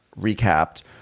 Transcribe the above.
recapped